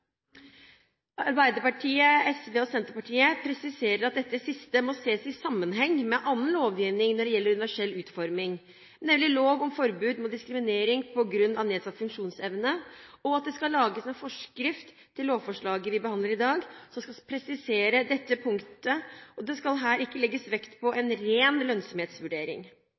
Arbeiderpartiet, SV og Senterpartiet presiserer at dette siste må ses i sammenheng med annen lovgivning når det gjelder universell utforming, nemlig lov om forbud mot diskriminering på grunn av nedsatt funksjonsevne, og at det skal lages en forskrift til lovforslaget vi behandler i dag som skal presisere dette punktet. Det skal her ikke legges vekt på en ren lønnsomhetsvurdering.